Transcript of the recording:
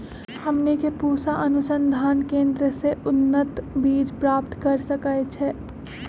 हमनी के पूसा अनुसंधान केंद्र से उन्नत बीज प्राप्त कर सकैछे?